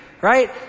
right